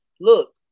look